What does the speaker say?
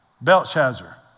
Belshazzar